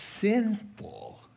sinful